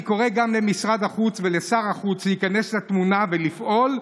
אני קורא גם למשרד החוץ ולשר החוץ להיכנס לתמונה ולפעול.